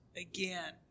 again